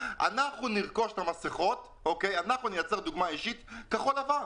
שהיא תרכוש את המסכות ובכך היא תייצר דוגמא אישית לרכש כחול-לבן,